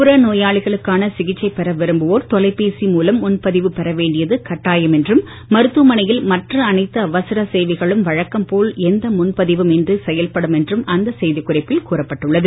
புறநோயாளிகளுக்கான தொலைபேசி மூலம் முன்பதிவு பெற வேண்டியது கட்டாயம் என்றும் மருத்துவமனையில் மற்ற அனைத்து அவசர சேவைகளும் வழக்கம் போல் எந்த முன்பதிவும் இன்றி செயல்படும் என்றும் அந்த செய்திக்குறிப்பில் கூறப்பட்டுள்ளது